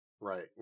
right